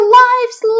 lives